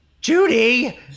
Judy